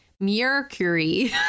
Mercury